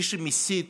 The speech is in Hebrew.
מי שמסית